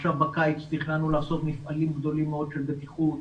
עכשיו בקיץ תכננו לעשות מפעלים גדולים מאוד של בטיחות,